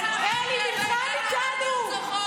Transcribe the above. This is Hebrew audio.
אלי נלחם איתנו.